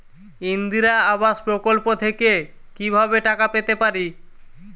ইন্দিরা আবাস প্রকল্প থেকে কি ভাবে টাকা পেতে পারি?